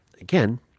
Again